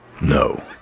No